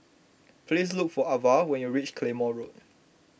please look for Avah when you reach Claymore Road